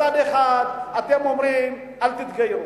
מצד אחד אתם אומרים: אל תתגיירו.